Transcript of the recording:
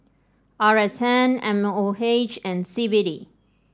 R S N M O H and C B D